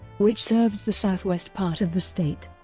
which serves the southwest part of the state.